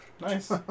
Nice